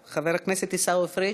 נוכח, חבר הכנסת עיסאווי פריג'